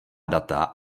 data